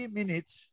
minutes